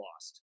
lost